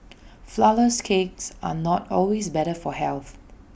Flourless Cakes are not always better for health